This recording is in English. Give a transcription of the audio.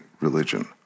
religion